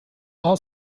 all